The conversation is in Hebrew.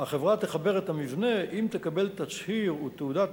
החברה תחבר את המבנה אם תקבל תצהיר ותעודת